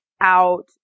out